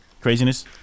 craziness